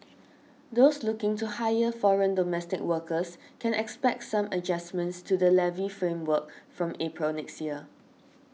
those looking to hire foreign domestic workers can expect some adjustments to the levy framework from April next year